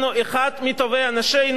שהתמודד על ראשות המפלגה,